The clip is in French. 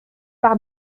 par